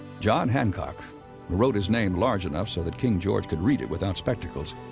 john hancock, who wrote his name large enough so that king george could read it without spectacles,